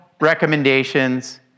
recommendations